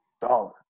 dollar